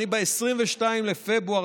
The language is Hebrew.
ב-22 בפברואר,